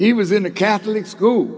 he was in a catholic school